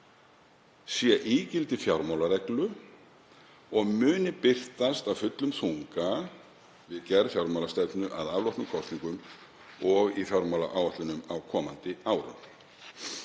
sé ígildi fjármálareglu og muni birtast af fullum þunga við gerð fjármálastefnu að afloknum kosningum og í fjármálaáætlunum á komandi árum.